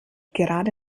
gerade